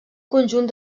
conjunt